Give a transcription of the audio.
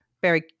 Barry